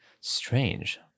Strange